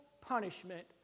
punishment